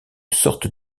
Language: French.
sorte